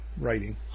writing